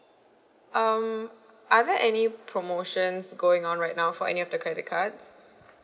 um are there any promotions going on right now for any of the credit cards